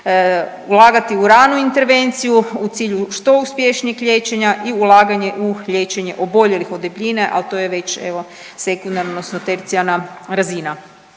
ulagati u ranu intervenciju u cilju što uspješnijeg liječenja i ulaganje u liječenje oboljelih od debljine, ali to je već evo sekundarno odnosno tercijarna razina.